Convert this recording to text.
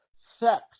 sex